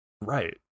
right